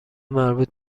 مربوط